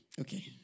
Okay